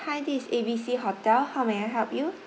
hi this is A B C hotel how may I help you